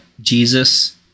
Jesus